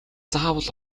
заавал